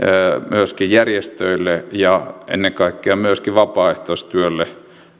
myöskin järjestöille ja ennen kaikkea myöskin vapaaehtoistyölle